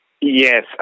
Yes